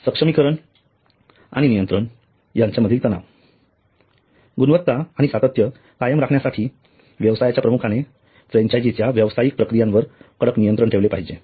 सक्षमीकरण आणि नियंत्रण यामधील मधील तणाव गुणवत्ता आणि सातत्य कायम राखण्यासाठी व्यवसायाच्या प्रमुखाने फ्रँचायझी च्या व्यवसायिक प्रक्रियांवर कडक नियंत्रण ठेवले पाहिजे